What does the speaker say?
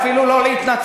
ואפילו לא להתנצל,